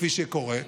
כפי שקורה.